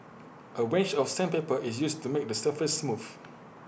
A range of sandpaper is used to make the surface smooth